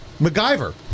MacGyver